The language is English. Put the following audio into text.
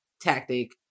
tactic